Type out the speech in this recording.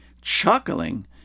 chuckling